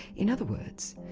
in other words,